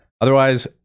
otherwise